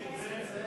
נסים זאב.